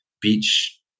beach